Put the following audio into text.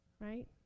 Right